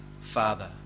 Father